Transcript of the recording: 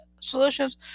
solutions